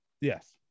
Yes